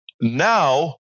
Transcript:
now